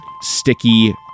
sticky